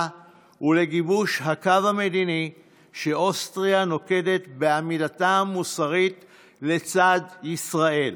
ולגיבוש הקו המדיני שאוסטריה נוקטת בעמידתה המוסרית לצד ישראל.